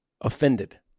Offended